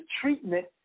treatment